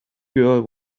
girl